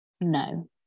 no